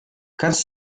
kannst